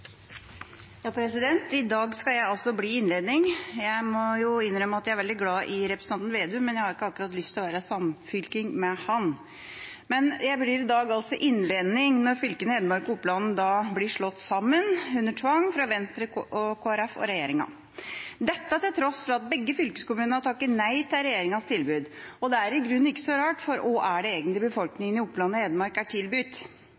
Ja, vi kan til og med risikere at det blir attraktivt å drive med regionpolitikk. I dag skal jeg altså bli innlending. Jeg må innrømme at jeg er veldig glad i representanten Vedum, men jeg har ikke akkurat lyst til å være samfylking med ham. Jeg blir i dag innlending når fylkene Hedmark og Oppland blir slått sammen under tvang fra Venstre, Kristelig Folkeparti og regjeringa – dette til tross for at begge fylkeskommunene har takket nei til regjeringas tilbud. Det er i grunnen ikke så rart, for hva er det egentlig